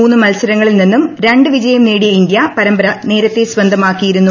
മൂന്നു മത്സരങ്ങളിൽ നിന്നും രണ്ട് വിജയം നേടിയ ഇന്ത്യ പരമ്പര നേരത്തെ സ്വന്തമാക്കിയിരുന്നു